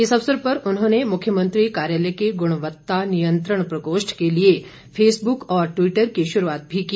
इस अवसर पर उन्होंने मुख्यमंत्री कार्यालय के ग्णवत्ता नियंत्रण प्रकोष्ठ के लिए फेसबुक और टवीटर की शुरूआत भी की